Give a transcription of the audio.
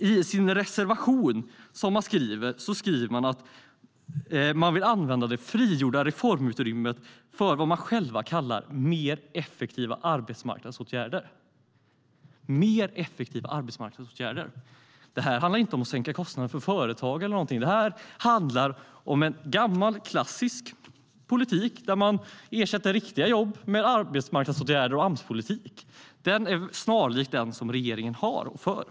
I sin reservation skriver Sverigedemokraterna att de vill använda det frigjorda reformutrymmet till vad de själva kallar mer effektiva arbetsmarknadsåtgärder. Det här handlar inte om att sänka kostnader för företag eller någonting sådant. Det här handlar om gammal klassisk politik där man ersätter riktiga jobb med arbetsmarknadsåtgärder och Amspolitik. Den är snarlik den politik som regeringen har och för.